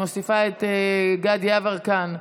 ואני מוסיפה את גדי יברקן,